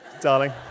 darling